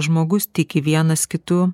žmogus tiki vienas kitu